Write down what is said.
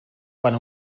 quan